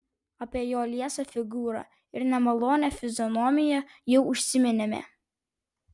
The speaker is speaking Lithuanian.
apie jo liesą figūrą ir nemalonią fizionomiją jau užsiminėme